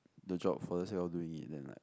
the job for the sake of doing it then like